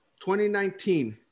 2019